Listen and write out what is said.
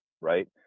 Right